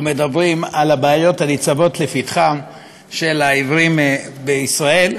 מדברים על הבעיות הניצבות לפתחם של העיוורים בישראל,